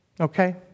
Okay